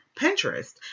pinterest